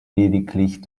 lediglich